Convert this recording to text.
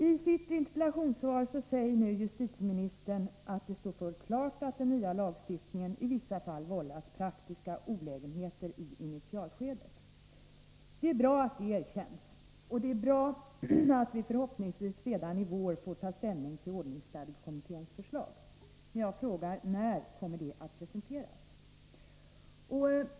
I sitt interpellationssvar säger justitieministern att det står fullt klart att den nya lagstiftningen i vissa fall vållat praktiska olägenheter i initialskedet. Det är bra att det erkänns, och det är bra att vi förhoppningsvis redan i vår får ta ställning till ordningsstadgekommitténs förslag. Men jag frågar: När kommer förslaget att presenteras?